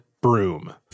broom